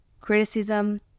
Criticism